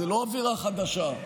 זו לא עבירה חדשה.